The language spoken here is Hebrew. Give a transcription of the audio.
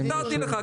ויתרתי לך.